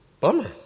bummer